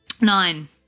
Nine